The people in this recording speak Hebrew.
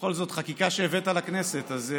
בכל זאת חקיקה שהבאת לכנסת, אז,